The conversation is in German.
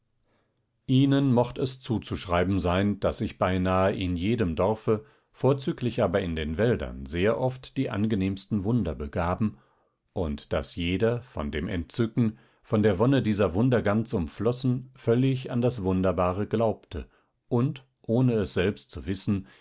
ihnen mocht es zuzuschreiben sein daß sich beinahe in jedem dorfe vorzüglich aber in den wäldern sehr oft die angenehmsten wunder begaben und daß jeder von dem entzücken von der wonne dieser wunder ganz umflossen völlig an das wunderbare glaubte und ohne es selbst zu wissen